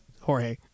Jorge